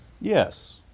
Yes